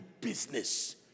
business